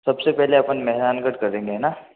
सब से पहले अपन मेहरानगढ़ करेंगे है ना